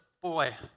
boy